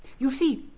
you see,